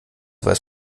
weiß